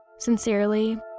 Sincerely